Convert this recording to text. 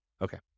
Okay